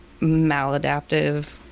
maladaptive